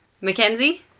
Mackenzie